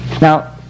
Now